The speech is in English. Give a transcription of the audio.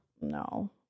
No